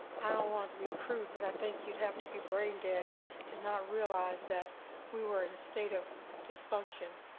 i don't want to be crude but i think you'd have to be brain dead to not realize that we were in a state of dysfunction.